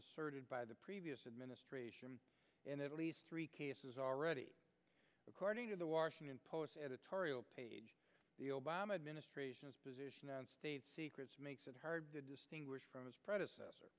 asserted by the previous administration in at least three cases already according to the washington post editorial page the obama administration's position on state secrets makes it hard to distinguish from his predecessor